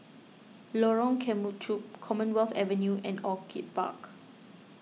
Lorong Kemunchup Commonwealth Avenue and Orchid Park